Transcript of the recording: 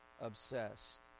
obsessed